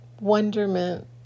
wonderment